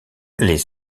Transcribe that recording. les